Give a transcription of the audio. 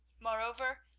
moreover,